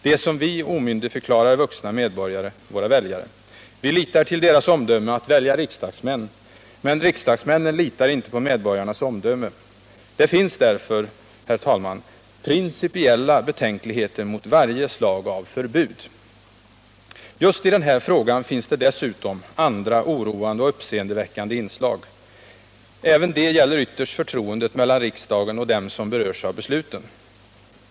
De som vi omyndigförklarar är vuxna medborgare — våra väljare. Vi litar till deras omdöme att välja riksdagsmän. Men riksdagsmännen litar inte på medborgarnas omdöme. Det finns därför, herr talman, principiella betänkligheter mot varje slag av förbud. Just i den här frågan finns det dessutom andra oroande och uppseendeväckande inslag. Även de gäller ytterst förtroendet mellan riksdagen och dem som berörs av besluten.